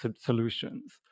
solutions